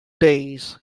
days